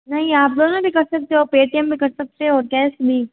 नहीं आप कर सकते हो पेटीएम में कर सकते हो कैश भी